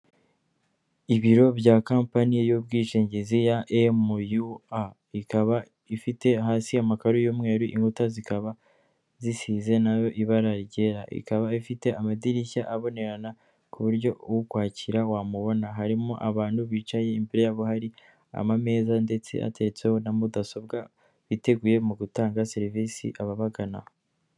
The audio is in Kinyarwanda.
Ibiro bya kampani y'ubwishingizi ya MUA, ikaba ifite hasi amakaro y'umweru, inkuta zikaba zisize na yo ibara ryera, ikaba ifite amadirishya abonerana ku buryo ukwakira wamubona, harimo abantu bicaye imbere yabo hari amameza ndetse ateretseho na mudasobwa, biteguye mu gutanga serivise ababagana.